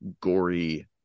gory